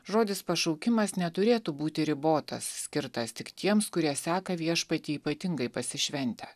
žodis pašaukimas neturėtų būti ribotas skirtas tik tiems kurie seka viešpatį ypatingai pasišventę